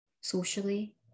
socially